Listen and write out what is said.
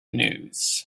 news